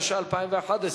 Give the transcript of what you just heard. התשע"א 2011,